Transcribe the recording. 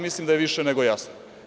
Mislim da je više nego jasno.